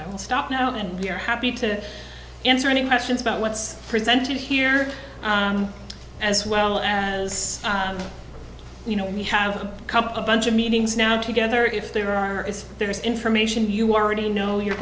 i'll stop now and we're happy to answer any questions about what's presented here as well as you know we have come a bunch of meetings now together if there are is there is information you already know you're